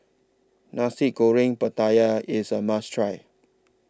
Nasi Goreng Pattaya IS A must Try